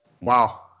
Wow